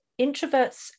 introverts